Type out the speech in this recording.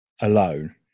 alone